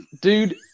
Dude